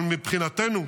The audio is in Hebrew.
אבל מבחינתנו,